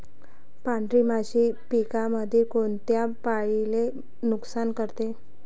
पांढरी माशी पिकामंदी कोनत्या पायरीले नुकसान करते?